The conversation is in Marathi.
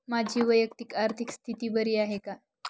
माझी वैयक्तिक आर्थिक स्थिती बरी आहे का?